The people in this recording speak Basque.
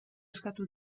eskatu